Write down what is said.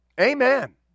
amen